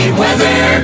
weather